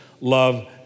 love